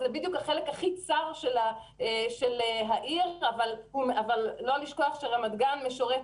זה בדיוק החלק הכי צר של העיר אבל לא לשכוח שברמת גן יש גם שירות